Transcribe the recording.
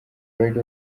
lady